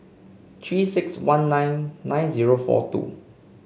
Three six one nine nine zero four two